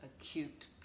acute